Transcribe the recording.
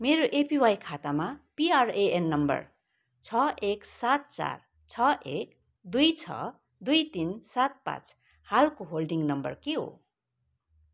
मेरो एपिवाई खातामा PRAN number छ एक सात चार छ एक दुई छ दुई तिन सात पाँच हालको होल्डिङ नम्बर के हो